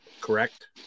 Correct